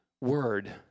word